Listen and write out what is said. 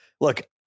look